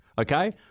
Okay